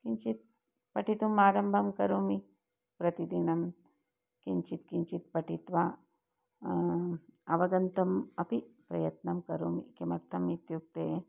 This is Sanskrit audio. किञ्चित् पठितुम् आरम्भं करोमि प्रतिदिनं किञ्चित् किञ्चित् पठित्वा अवगन्तुम् अपि प्रयत्नं करोमि किमर्थम् इत्युक्ते